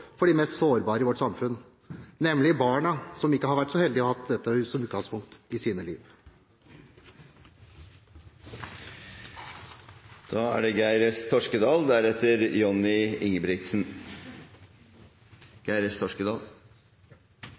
for de mest sårbare i vårt samfunn, nemlig barna som ikke har vært så heldige å ha hatt dette som utgangspunkt i sine liv. Etter snart 40 år i arbeidslivet og seks perioder i aktiv kommune- og regionalpolitikk, er det